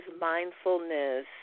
mindfulness